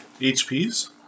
HPs